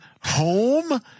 home